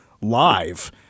live